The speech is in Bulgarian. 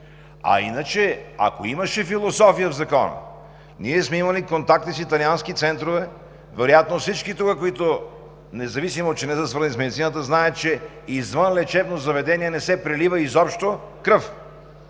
А иначе, ако имаше философия в Закона, ние сме имали контакти с италиански центрове, вероятно всички тук – независимо че не са свързани с медицината, знаят, че извън лечебното заведение не се прелива изобщо кръв.